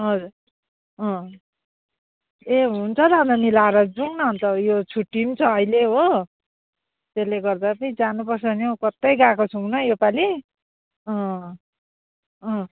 हजुर अँ ए हुन्छ त अन्त मिलाएर जाउँ न अन्त यो छुट्टी पनि छ अहिले हो त्यसले गर्दा चाहिँ जानु पर्छ नि हौ कतै गएको छुइनँ योपालि अँ अँ